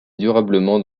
durablement